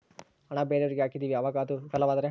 ಹಣ ಬೇರೆಯವರಿಗೆ ಹಾಕಿದಿವಿ ಅವಾಗ ಅದು ವಿಫಲವಾದರೆ?